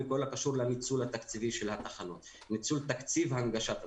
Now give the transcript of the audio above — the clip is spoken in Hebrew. בכל הקשור לניצול תקציב הנגשת התחנות.